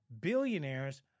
billionaires